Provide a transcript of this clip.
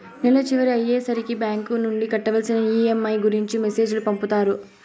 నెల చివర అయ్యే సరికి బ్యాంక్ నుండి కట్టవలసిన ఈ.ఎం.ఐ గురించి మెసేజ్ లు పంపుతారు